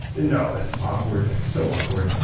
no, that's awkward, so awkward.